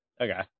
Okay